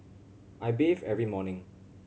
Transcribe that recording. I bathe every morning